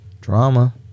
Drama